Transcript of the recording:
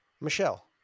Michelle